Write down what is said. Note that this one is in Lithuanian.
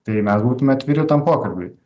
tai mes būtume atviri tam pokalbiui